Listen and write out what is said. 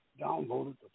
downloaded